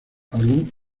algunos